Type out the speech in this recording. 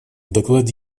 докладе